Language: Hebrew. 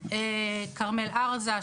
כרמל-ארזה,